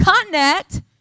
connect